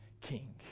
king